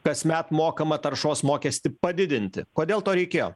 kasmet mokamą taršos mokestį padidinti kodėl to reikėjo